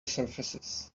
surfaces